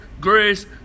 grace